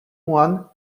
one